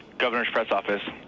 governor's press office.